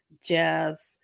jazz